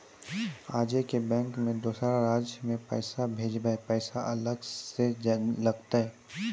आजे के बैंक मे दोसर राज्य मे पैसा भेजबऽ पैसा अलग से लागत?